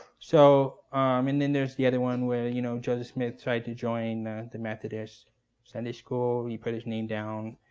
so um and then, there's the other one, when you know joseph smith tried to join the methodist sunday school. he put his name down,